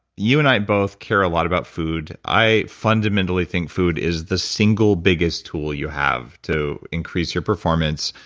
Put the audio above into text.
you and i both care a lot about food. i fundamentally think food is the single biggest tool you have to increase your performance,